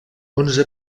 onze